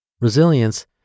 Resilience